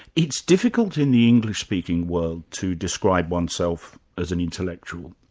it's difficult in the english-speaking world to describe oneself as an intellectual.